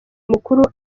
mukuru